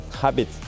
habit